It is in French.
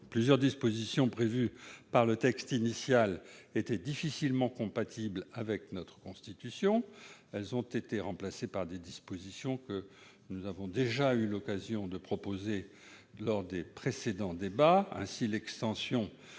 Plusieurs dispositions prévues dans le texte initial, difficilement compatibles avec notre Constitution, ont été remplacées par des mesures que nous avions eu l'occasion de proposer lors de précédents débats.